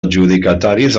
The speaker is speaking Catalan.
adjudicataris